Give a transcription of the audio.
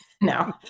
no